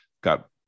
got